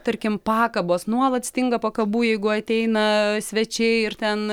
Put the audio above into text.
tarkim pakabos nuolat stinga pakabų jeigu ateina svečiai ir ten